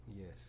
Yes